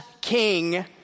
king